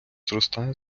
зростає